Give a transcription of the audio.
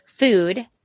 Food